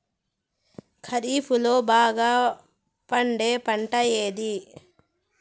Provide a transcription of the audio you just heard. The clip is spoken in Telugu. ఖరీఫ్ లో బాగా పండే పంట ఏది?